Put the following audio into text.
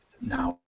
now